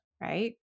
Right